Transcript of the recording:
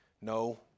No